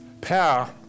power